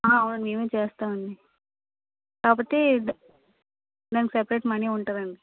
ఆ అవును మేమే చేస్తామండి కాకపోతే డ దానికి సెపరేట్ మనీ ఉంటుంది అండి